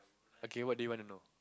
okay what do you want to know